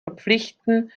verpflichten